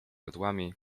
jodłami